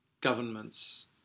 governments